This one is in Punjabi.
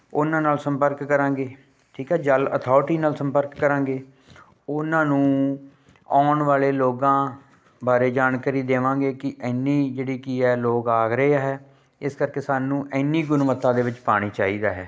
ਉਨ੍ਹਾਂ ਨਾਲ ਸੰਪਰਕ ਕਰਾਂਗੇ ਠੀਕ ਹੈ ਜਲ ਅਥੋਰਟੀ ਨਾਲ ਸੰਪਰਕ ਕਰਾਂਗੇ ਉਨ੍ਹਾਂ ਨੂੰ ਆਉਣ ਵਾਲੇ ਲੋਕਾਂ ਬਾਰੇ ਜਾਣਕਾਰੀ ਦੇਵਾਂਗੇ ਕਿ ਇੰਨੀ ਜਿਹੜੀ ਕੀ ਹੈ ਲੋਕ ਆ ਰਹੇ ਹੈ ਇਸ ਕਰਕੇ ਸਾਨੂੰ ਇੰਨੀ ਗੁਣਵੱਤਾ ਦੇ ਵਿੱਚ ਪਾਣੀ ਚਾਹੀਦਾ ਹੈ